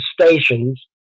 stations